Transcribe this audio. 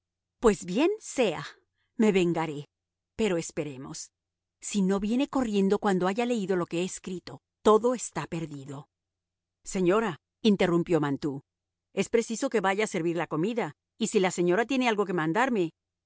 pues bien sea me vengaré pero esperemos si no viene corriendo cuando haya leído lo que he escrito todo está perdido señora interrumpió mantoux es preciso que vaya a servir la comida y si la señora tiene algo que mandarme